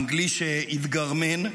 אנגלי שהתגרמן,